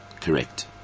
Correct